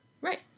Right